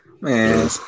Man